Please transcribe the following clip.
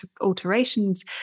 alterations